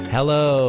Hello